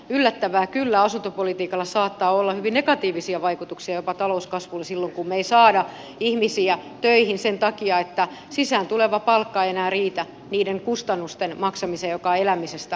yllättävää kyllä asuntopolitiikalla saattaa olla hyvin negatiivisia vaikutuksia jopa talouskasvuun silloin kun me emme saa ihmisiä töihin sen takia että sisään tuleva palkka ei enää riitä niiden kustannusten maksamiseen jotka elämisestä aiheutuvat